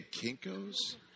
Kinko's